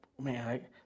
man